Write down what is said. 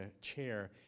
chair